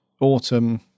autumn